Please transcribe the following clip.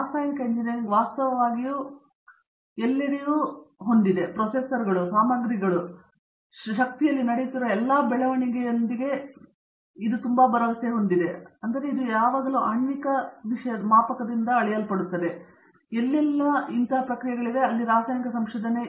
ರಾಸಾಯನಿಕ ಎಂಜಿನಿಯರಿಂಗ್ ವಾಸ್ತವವಾಗಿ ಎಲ್ಲೆಡೆಯೂ ಪ್ರೊಸೆಸರ್ಗಳು ಸಾಮಗ್ರಿಗಳು ಮತ್ತು ಶಕ್ತಿಯಲ್ಲಿ ನಡೆಯುತ್ತಿರುವ ಎಲ್ಲ ಬೆಳವಣಿಗೆಗಳೊಂದಿಗೆ ಇದು ತುಂಬಾ ಭರವಸೆಯಿದೆ ಎಂದು ನಾನು ಹೇಳುತ್ತೇನೆ